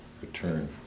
return